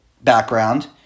background